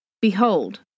Behold